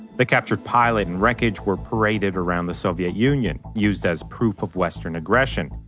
the captured pilot and wreckage were paraded around the soviet union used as proof of western aggression.